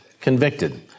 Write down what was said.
convicted